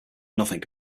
nothing